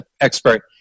expert